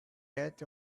yet